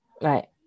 Right